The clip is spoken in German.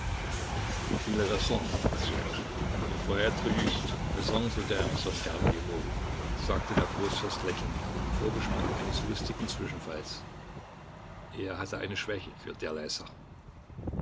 sagte der großfürst lächelnd im vorgeschmack eines lustigen zwischenfalls er hatte eine schwäche für derlei sachen